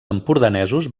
empordanesos